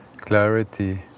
clarity